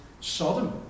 Sodom